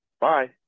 bye